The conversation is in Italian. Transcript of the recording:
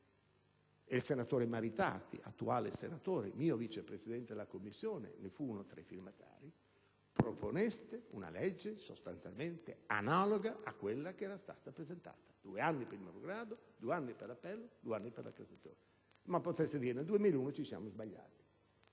(il senatore Maritati, attuale senatore e vice presidente della Commissione giustizia, fu uno dei firmatari) - proponeste una legge sostanzialmente analoga a quella che era stata presentata: due anni per il primo grado, due anni per l'appello, due anni per la Cassazione. Potreste dire che nel 2001 vi siete sbagliati;